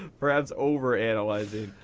perhaps over-analyzing.